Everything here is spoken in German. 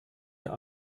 ihr